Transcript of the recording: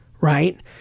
right